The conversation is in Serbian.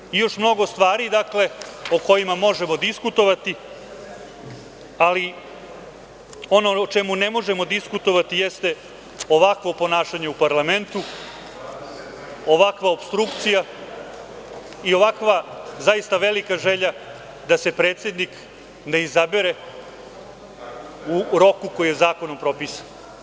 Dakle, ima još mnogo stvari po kojima možemo diskutovati, ali ono o čemu ne možemo diskutovati jeste ovakvo ponašanje u parlamentu, ovakva opstrukcija i ovakva zaista velika želja da se predsednik ne izabere u roku koji je zakonom propisan.